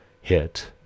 hit